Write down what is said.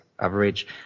average